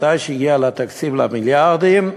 וכשהגיע התקציב למיליארדים,